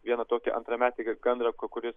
vieną tokį antrametį gandrą kuris